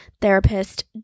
therapist